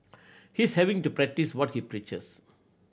he's having to practice what he preaches